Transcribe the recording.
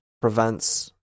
prevents